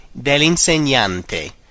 dell'insegnante